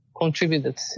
contributed